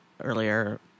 earlier